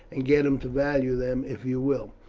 and get him to value them, if you will.